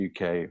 UK